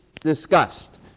discussed